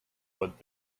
what